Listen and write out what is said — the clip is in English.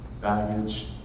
baggage